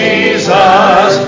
Jesus